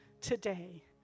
today